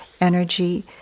energy